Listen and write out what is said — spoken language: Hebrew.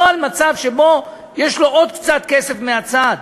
לא על מצב שבו יש לו עוד קצת כסף מהצד,